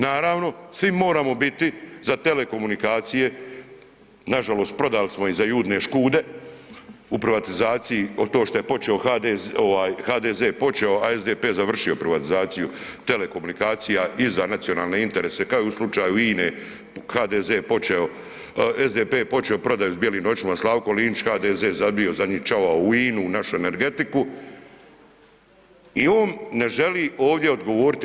Naravno svi moramo biti za telekomunikacije, nažalost prodali smo ih za Judine škude, u privatizaciji to što je počeo ovaj HDZ počeo, a SDP završio privatizaciju telekomunikacija i za nacionalne interese kao i u slučaju INE, HDZ počeo, SDP je počeo prodaju s bijelim noćima, Slavko Linić HDZ zabio zadnji čavao u INU u našu energetiku i on ne želi ovdje odgovoriti.